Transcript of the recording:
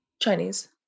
Chinese